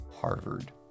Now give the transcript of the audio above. Harvard